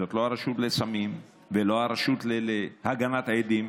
זאת לא הרשות לסמים ולא הרשות להגנת עדים,